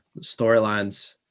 storylines